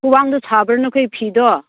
ꯈ꯭ꯋꯥꯡꯗ ꯁꯥꯕ꯭ꯔ ꯅꯈꯣꯏꯒꯤ ꯐꯤꯗꯣ